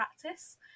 practice